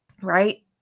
right